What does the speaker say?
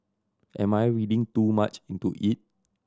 am I reading too much into it